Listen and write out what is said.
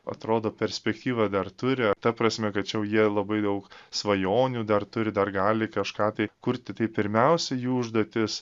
atrodo perspektyvą dar turi ta prasme kad čia jau jie labai daug svajonių dar turi dar gali kažką tai kurti tai pirmiausia jų užduotis